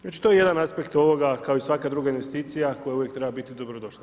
Znači, to je jedan aspekt ovoga kao i svaka druga investicija koja uvijek treba biti dobrodošla.